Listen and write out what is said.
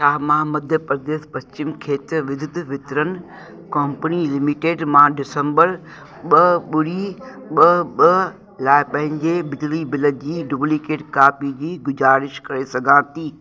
छा मां मध्य प्रदेश पश्चिम खेत्र विद्युत वितरण कम्पनी लिमिटेड मां डिसम्बर ॿ ॿुड़ी ॿ ॿ लाइ पंहिंजे बिजली बिल जी डुप्लीकेट कापी जी गुज़ारिश करे सघां थी